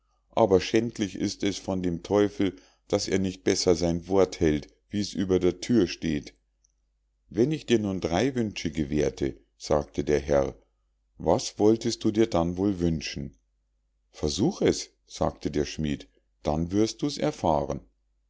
aber schändlich ist es von dem teufel daß er nicht besser sein wort hält wie's über der thür steht wenn ich dir nun drei wünsche gewährte sagte der herr was wolltest du dir dann wohl wünschen versuch es sagte der schmied dann wirst du's erfahren